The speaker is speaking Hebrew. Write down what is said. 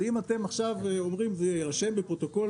אז אם אתם עכשיו אומרים שזה יירשם בפרוטוקול